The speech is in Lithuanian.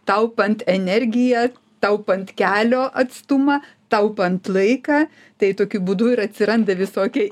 taupant energiją taupant kelio atstumą taupant laiką tai tokiu būdu ir atsiranda visokie